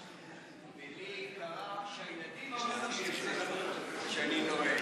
ולי קרה שהילדים אמרו לי את זה כשאני נוהג.